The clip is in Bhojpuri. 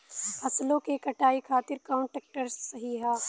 फसलों के कटाई खातिर कौन ट्रैक्टर सही ह?